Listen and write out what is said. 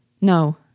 No